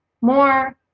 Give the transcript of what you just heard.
more